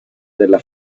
della